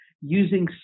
using